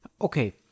Okay